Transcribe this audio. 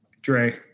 Dre